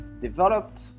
developed